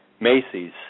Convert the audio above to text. Macy's